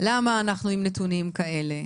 למה אנחנו עם נתונים כאלה,